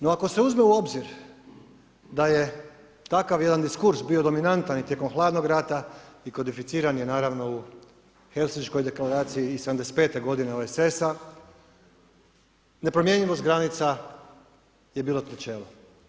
No ako se uzme u obzir da je takav jedan diskurs bio dominantan i tijekom hladnog rata i kodificiran je naravno u Helsinškoj deklaraciji i 75-te godine OESS-a, nepromjenljivost granica je bilo načelo.